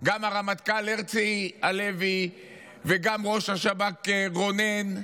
גם הרמטכ"ל הרצי הלוי וגם ראש השב"כ רונן.